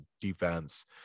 defense